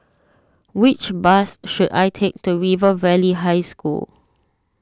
which bus should I take to River Valley High School